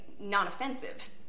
non-offensive